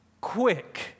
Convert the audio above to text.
Quick